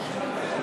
תודה.